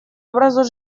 образу